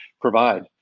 provide